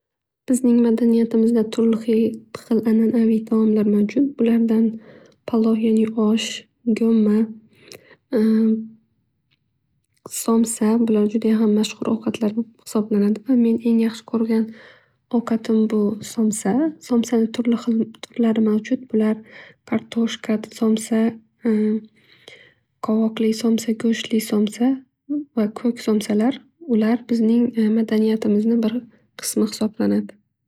Bizning madaniyatimizda turli xil ananaviy taomlar mavjud. Bulardan palov yani osh, go'mma, somsa bular juda ham mashhur ovqatlar hisoblanadi va men eng yaxshi ko'rgan ovqatim bu somsa. Somsani turli xil turlari mabjud bular kartoshka somsa, qovoqli somsa, go'sht somsa va ko'k somsalar. Ular bizning madaniyatimizning bir qismi hisoblanadi.